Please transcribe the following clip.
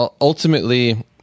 ultimately